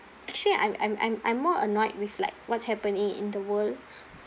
actually I'm I'm I'm I'm more annoyed with like what's happening in the world